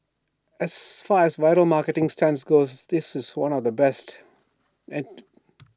as far as viral marketing stunts goes this is one of the best